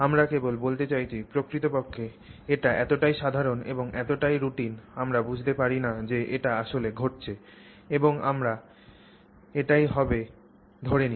আমরা কেবল বলতে চাইছি প্রকৃতপক্ষে এটি এতটাই সাধারণ এবং এতটাই রুটিন আমরা বুঝতে পারি না যে এটি আসলে ঘটছে এবং আমরা এটি হবেই ধরে নি